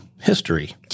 history